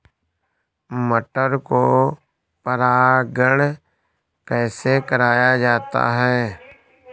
मटर को परागण कैसे कराया जाता है?